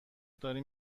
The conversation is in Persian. داری